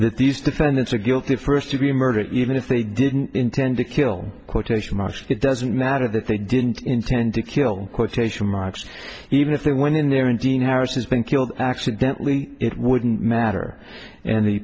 these defendants are guilty of first degree murder even if they didn't intend to kill quotation marks it doesn't matter that they didn't intend to kill quotation marks even if they went in there and jean ours has been killed accidentally it wouldn't matter and the